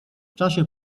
czasie